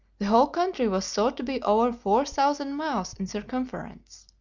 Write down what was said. the whole country was thought to be over four thousand miles in circumference.